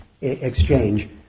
exchange